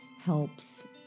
helps